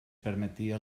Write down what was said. permetia